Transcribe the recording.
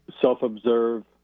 self-observe